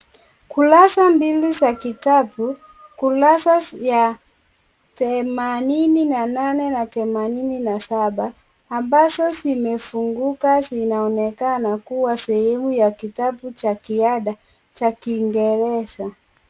Kurasa mbili za kitabu, kurasa ya themanini na nane na themanini na saba, ambazo zimefunguka zinaonekana kuwa sehemu ya kitabu cha kiada cha kiingereza.